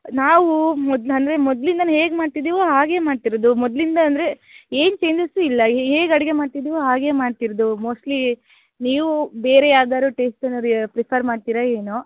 ನಾವು ಮೊದ್ಲು ಅಂದರೆ ಮೊದಲಿಂದನೂ ಹೇಗೆ ಮಾಡ್ತಿದ್ದೀವೋ ಹಾಗೆ ಮಾಡ್ತಿರೋದು ಮೊದಲಿಂದ ಅಂದರೆ ಏನು ಚೇಂಜಸ್ಸೂ ಇಲ್ಲ ಹೇಗೆ ಅಡುಗೆ ಮಾಡ್ತಿದ್ದೀವೋ ಹಾಗೆ ಮಾಡ್ತಿರೋದು ಮೋಸ್ಟ್ಲಿ ನೀವು ಬೇರೆ ಯಾವ್ದಾದ್ರು ಟೇಸ್ಟನರಿಯ ಪ್ರಿಫರ್ ಮಾಡ್ತಿರೋ ಏನೋ